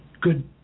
good